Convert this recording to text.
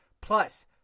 plus